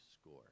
score